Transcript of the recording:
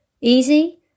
Easy